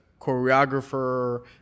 choreographer